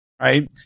right